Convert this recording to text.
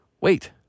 Wait